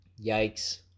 yikes